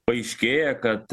paaiškėja kad